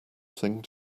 thing